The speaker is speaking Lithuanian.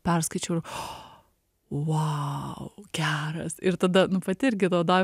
perskaičiau ir vau geras ir tada nu pati irgi naudoju